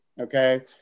okay